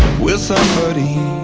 will somebody,